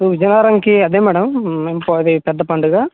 విజయనగరానికి అదే madam main అది పెద్ద పండగ